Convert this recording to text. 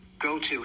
go-to